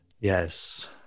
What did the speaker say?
Yes